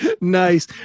Nice